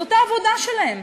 זאת העבודה שלהם,